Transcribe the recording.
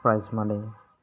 prize money